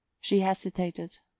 she hesitated.